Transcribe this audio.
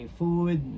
food